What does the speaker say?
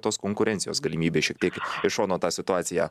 tos konkurencijos galimybės šiek tiek iš šono tą situaciją